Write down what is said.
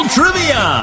Trivia